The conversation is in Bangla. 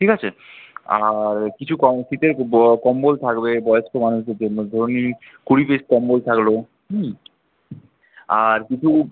ঠিক আছে আর কিছু কম শীতের কম্বল থাকবে বয়স্ক মানুষদের জন্য ধরে নিন কুড়ি পিস কম্বল থাকলো হুম আর কিছু